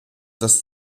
das